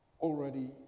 Already